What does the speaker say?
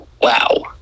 wow